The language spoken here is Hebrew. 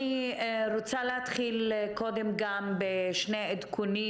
אני רוצה להתחיל קודם בשני עדכונים.